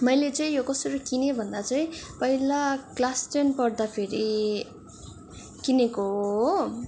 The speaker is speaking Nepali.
मैले चाहिँ यो कसरी किने भन्दा चाहिँ पहिला क्लास टेन पढ्दाखेरि किनेको हो